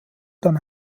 dann